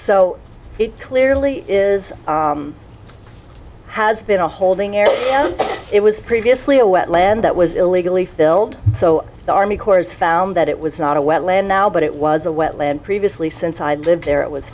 it clearly is has been a holding area it was previously a wetland that was illegally filled so the army corps found that it was not a wetland now but it was a wetland previously since i lived there it was